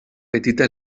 petita